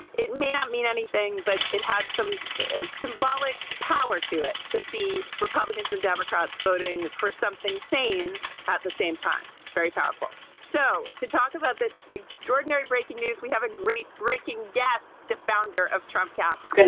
it may not mean anything but it had some symbolic power to it to see republicans and democrats voting for something sane at the same time very powerful. so to talk about this extraordinary breaking news we have a great breaking guest the founder of trump cast.